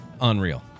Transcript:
unreal